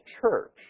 church